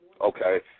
Okay